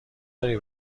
داری